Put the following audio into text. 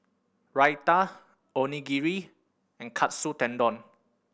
Raita Onigiri and Katsu Tendon